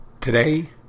Today